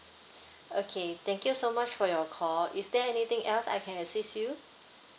okay thank you so much for your call is there anything else I can assist you